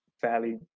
fairly